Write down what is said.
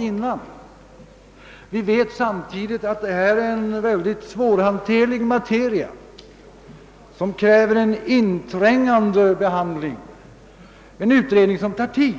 Och vuxenutbildningen erbjuder en mycket svårhanterlig materia, som kräver en inträngande behandling, varför en utredning måste ta tid.